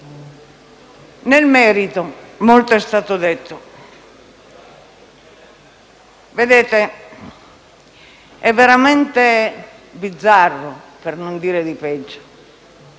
Nel merito, molto è stato detto. Colleghi, è veramente bizzarro, per non dire di peggio,